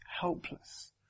helpless